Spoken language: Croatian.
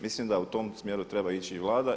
Mislim da u tom smjeru treba ići i Vlada.